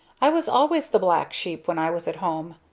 i was always the black sheep, when i was at home.